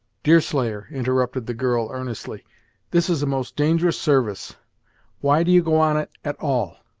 deerslayer, interrupted the girl, earnestly this is a most dangerous service why do you go on it, at all?